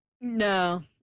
No